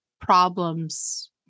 problems